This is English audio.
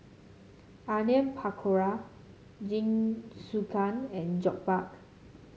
Onion Pakora Jingisukan and Jokbal